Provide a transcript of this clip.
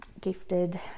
gifted